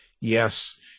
yes